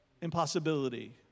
impossibility